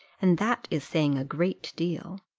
and that is saying a great deal.